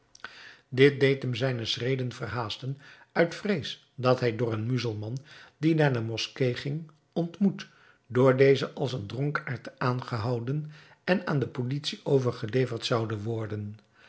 dit deed hem zijne schreden verhaasten uit vrees dat hij door een muzelman die naar de moskee ging ontmoet door dezen als een dronkaard aangehouden en aan de politie overgeleverd zoude worden